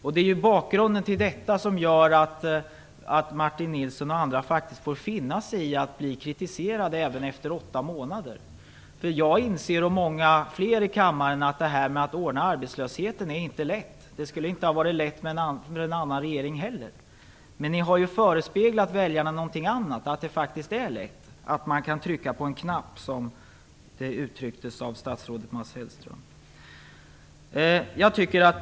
Det är mot bakgrund av detta som Martin Nilsson och andra faktiskt får finna sig i att bli kritiserade, även om det görs efter åtta månader. Jag och många fler i kammaren inser att det inte är lätt att ordna arbetslöshetssituationen. Det skulle inte ha varit lätt för någon annan regering heller. Men ni har ju förespeglat väljarna att det faktiskt är lätt och att man kan trycka på en knapp, som Mats Hellström uttryckte det.